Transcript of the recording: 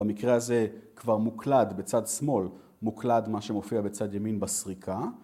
‫במקרה הזה כבר מוקלד בצד שמאל, ‫מוקלד מה שמופיע בצד ימין בסריקה,